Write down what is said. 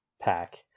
pack